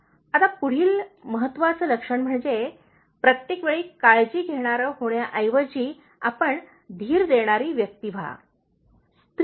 आता पुढील महत्त्वाचे लक्षण म्हणजे प्रत्येक वेळी काळजी घेणारे होण्याऐवजी आपण धीर देणारी व्यक्ती व्हा